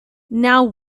now